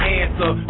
answer